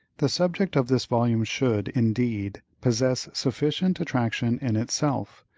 the subject of this volume should, indeed, possess sufficient attraction in itself,